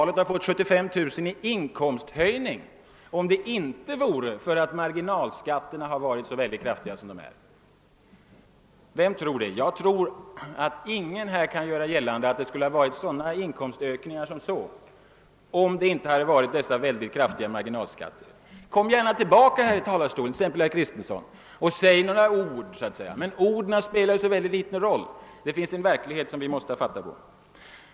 Vem tror att dessa funktionärer under 1960 talet skulle ha fått 75 000 kr. i inkomsthöjning, om inte marginalskatterna varit så höga? Kom gärna tillbaks, herr Kristenson, och säg några ord om detta, men orden spelar ju så liten roll. Det finns en verklighet som vi i stället måste ta fasta på.